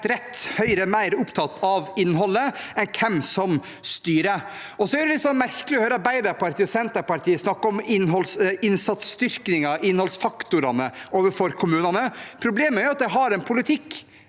rett: Høyre er mer opptatt av innholdet enn av hvem som styrer. Det er litt merkelig å høre Arbeiderpartiet og Senterpartiet snakke om innsatsstyrking og innholdsfaktorene overfor kommunene. Problemet er at de har en politikk